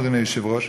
אדוני היושב-ראש,